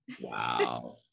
Wow